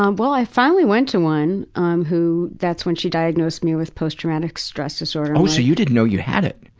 um well i finally went to one um who, that's when she diagnosed me with post traumatic stress disorder p oh so you didn't know you had it?